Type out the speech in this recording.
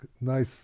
nice